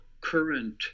current